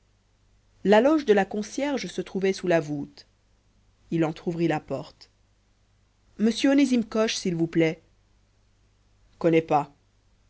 la loge de la concierge se trouvait sous la voûte il entr'ouvrit la porte m onésime coche s'il vous plaît connais pas